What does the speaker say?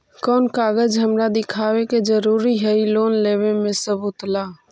कौन कागज हमरा दिखावे के जरूरी हई लोन लेवे में सबूत ला?